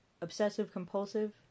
Obsessive-compulsive